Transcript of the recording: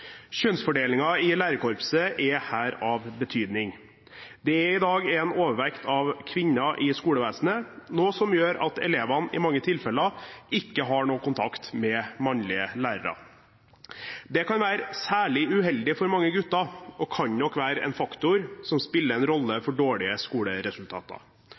i lærerkorpset er her av betydning. Det er i dag en overvekt av kvinner i skolevesenet, noe som gjør at elevene i mange tilfeller ikke har noen kontakt med mannlige lærere. Det kan være særlig uheldig for mange gutter og kan nok være en faktor som spiller en rolle for dårlige skoleresultater.